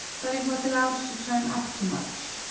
but it was allowed to turn up too much.